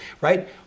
right